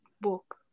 book